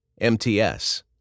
MTS